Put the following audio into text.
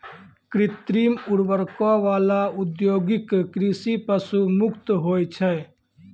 कृत्रिम उर्वरको वाला औद्योगिक कृषि पशु मुक्त होय छै